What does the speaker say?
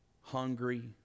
hungry